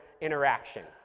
interaction